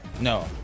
No